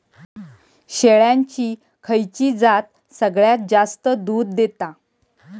शेळ्यांची खयची जात सगळ्यात जास्त दूध देता?